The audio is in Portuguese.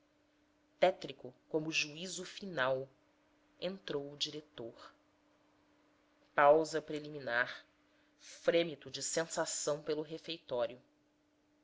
tétrico como o juízo final entrou o diretor pausa preliminar frêmito de sensação pelo refeitório